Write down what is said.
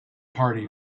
party